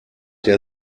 der